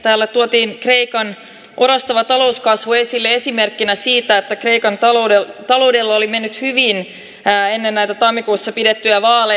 täällä tuotiin kreikan orastava talouskasvu esille esimerkkinä siitä että kreikan taloudella oli mennyt hyvin ennen näitä tammikuussa pidettyjä vaaleja